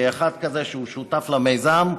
כאחד כזה שהוא שותף למיזם,